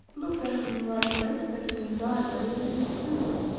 looked at in the right way, that is in thy way, the thing is simple.